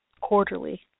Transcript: quarterly